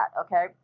okay